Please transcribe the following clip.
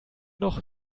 noch